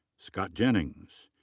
scott jennings.